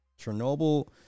Chernobyl